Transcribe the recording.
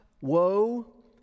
woe